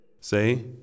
Say